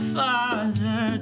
father